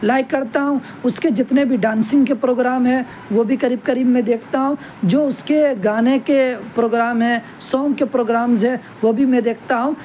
like کرتا ہوں اس کے جتنے بھی ڈانسنگ کے پروگرام ہیں وہ بھی قریب قریب میں دیکھتا ہوں جو اس کے گانے کے پروگرام ہیں سونگ کے پروگرامز ہیں وہ بھی میں دیکھتا ہوں